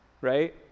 right